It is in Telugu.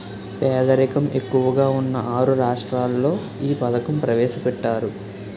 పేదరికం ఎక్కువగా ఉన్న ఆరు రాష్ట్రాల్లో ఈ పథకం ప్రవేశపెట్టారు